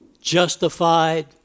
justified